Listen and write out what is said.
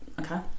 Okay